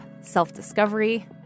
self-discovery